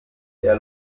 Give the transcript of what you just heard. der